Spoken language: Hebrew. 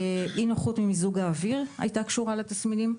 אי נוחות ממיזוג האוויר הייתה קשורה לתסמינים.